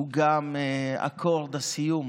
שהוא גם אקורד הסיום